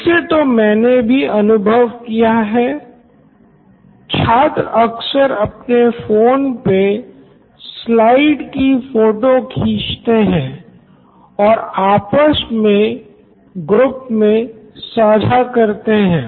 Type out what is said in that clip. इसे तो मैंने भी अनुभव किया है छात्र अक्सर अपने फोन पे स्लाइड की फोटो खीचते हैं और आपस मे ग्रुप मे साझा करते हैं